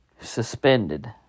suspended